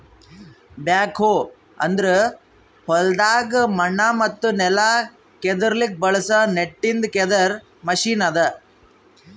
back ಹೋ ಅಂದುರ್ ಹೊಲ್ದಾಗ್ ಮಣ್ಣ ಮತ್ತ ನೆಲ ಕೆದುರ್ಲುಕ್ ಬಳಸ ನಟ್ಟಿಂದ್ ಕೆದರ್ ಮೆಷಿನ್ ಅದಾ